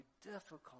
difficult